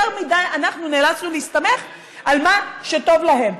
מדי אנחנו נאלצנו להסתמך על מה שטוב להם.